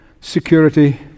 security